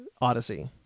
Odyssey